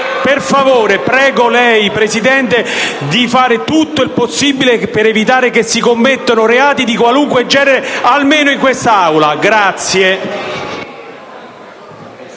Per favore, prego la Presidenza di fare tutto il possibile per evitare che si commettono reati di qualunque genere, almeno in quest'Aula.